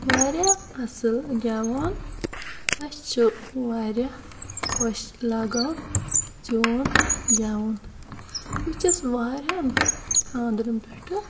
واریاہ اصل گیٚوان اَسہِ چھُ واریاہ خۄش لَگان چون گیٚوُن بہٕ چھَس واریہن خاندرَن پیٚٹھ